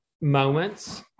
moments